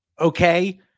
okay